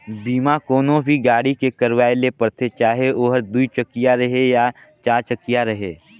बीमा कोनो भी गाड़ी के करवाये ले परथे चाहे ओहर दुई चकिया रहें या चार चकिया रहें